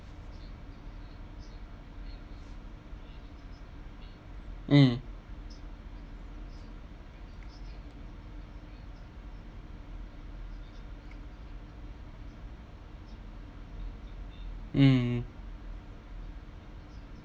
mm mm